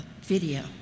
video